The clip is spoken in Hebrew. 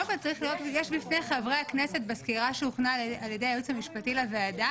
יש בפני חברי הכנסת בסקירה שהוכנה על ידי הייעוץ המשפטי לוועדה,